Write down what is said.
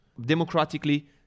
Democratically